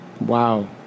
Wow